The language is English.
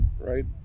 right